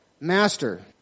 Master